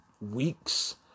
weeks